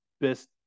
best